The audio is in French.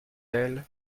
elles